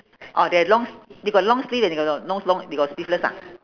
orh they have long s~ they got long sleeve and they got got no long they got sleeveless ah